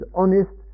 honest